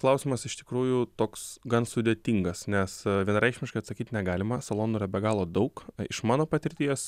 klausimas iš tikrųjų toks gan sudėtingas nes vienareikšmiškai atsakyt negalima salonų yra be galo daug iš mano patirties